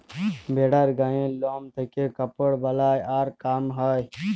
ভেড়ার গায়ের লম থেক্যে কাপড় বালাই আর কাম হ্যয়